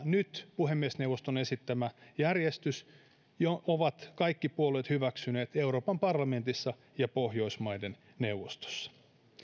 nyt puhemiesneuvoston esittämä järjestys jonka ovat kaikki puolueet hyväksyneet euroopan parlamentissa ja pohjoismaiden neuvostossa